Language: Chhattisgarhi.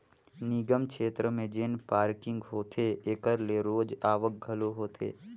निगम छेत्र में जेन पारकिंग होथे एकर ले रोज आवक घलो होथे